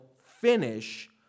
finish